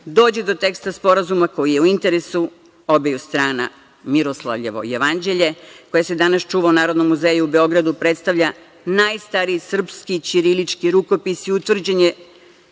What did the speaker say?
dođe do teksta sporazuma koji je u interesu obeju strana. Miroslavljevo jevanđelje koje se danas čuva u Narodnom muzeju u Beogradu predstavlja najstariji srpski ćirilički rukopis i utvrđen je